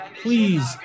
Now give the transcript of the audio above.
please